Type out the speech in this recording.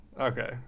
Okay